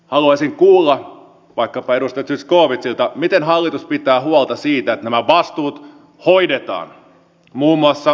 haluaisin kuulla vaikkapa edustaja zyskowiczilta miten hallitus pitää huolta siitä että nämä vastuut hoidetaan muun muassa tästä vesitaseesta